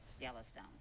Yellowstone